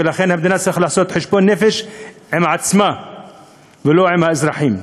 ולכן המדינה צריכה לעשות חשבון נפש עם עצמה ולא עם האזרחים.